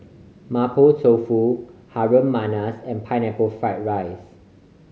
Mapo Tofu Harum Manis and Pineapple Fried rice